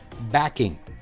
backing